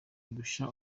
irusha